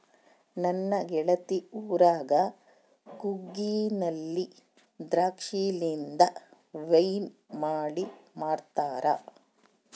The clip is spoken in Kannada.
ನನ್ನ ಗೆಳತಿ ಊರಗ ಕೂರ್ಗಿನಲ್ಲಿ ದ್ರಾಕ್ಷಿಲಿಂದ ವೈನ್ ಮಾಡಿ ಮಾಡ್ತಾರ